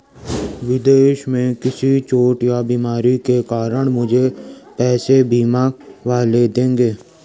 विदेश में किसी चोट या बीमारी के कारण मुझे पैसे बीमा वाले देंगे